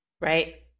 Right